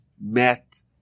met